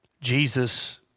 Jesus